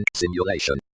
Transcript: simulation